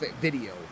video